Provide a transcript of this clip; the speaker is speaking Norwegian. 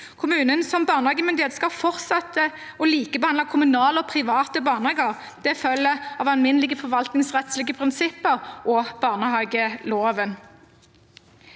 Kommunen som barnehagemyndighet skal fortsette å likebehandle kommunale og private barnehager. Det følger av alminnelige forvaltningsrettslige prinsipper og barnehageloven.